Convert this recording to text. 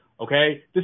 okay